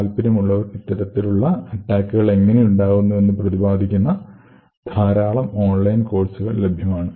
താല്പര്യം ഉള്ളവർക്കു ഇത്തരത്തിലുള്ള അറ്റാക്കുകൾ എങ്ങിനെ ഉണ്ടാകുന്നു എന്ന് പ്രതിപാദിക്കുന്ന ധാരാളം ഓൺലൈൻ കോഴ്സുകൾ ലഭ്യമാണ്